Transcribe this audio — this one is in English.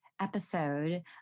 episode